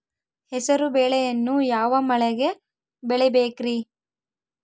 ಹೆಸರುಬೇಳೆಯನ್ನು ಯಾವ ಮಳೆಗೆ ಬೆಳಿಬೇಕ್ರಿ?